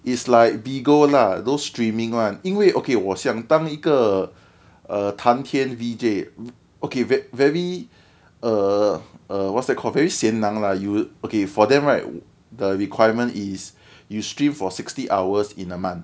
it's like be go lah those streaming [one] 因为 okay 我想当一个 err 谈天 deejay okay ve~ very err err what's that called very sin nang lah you okay for them right the requirement is you stream for sixty hours in a month